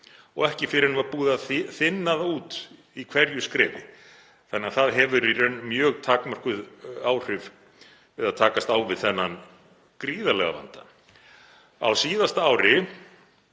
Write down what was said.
og ekki fyrr en var búið að þynna það út í hverju skrefi þannig að það hefur í raun mjög takmörkuð áhrif við að takast á við þennan gríðarlega vanda. Á síðasta ári